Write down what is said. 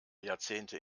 jahrzehnte